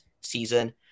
season